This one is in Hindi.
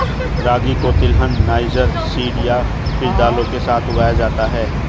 रागी को तिलहन, नाइजर सीड या फिर दालों के साथ उगाया जाता है